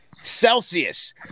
Celsius